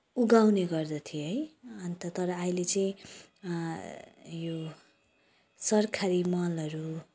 उब्जाउने गर्दथे है अन्त तर अहिले चाहिँ यो सरकारी मलहरू